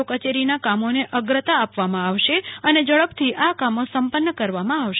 ઓ કચેરીનાં કામોને અગ્રતાઆપવામાં આવશે અને ઝડપથી આ કામો સંપનન કરવામાં આવશે